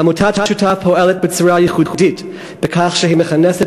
עמותת "שותף" פועלת בצורה ייחודית בכך שהיא מכנסת